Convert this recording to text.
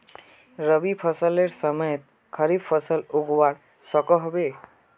रवि फसलेर समयेत खरीफ फसल उगवार सकोहो होबे?